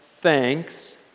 thanks